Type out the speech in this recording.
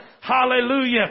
hallelujah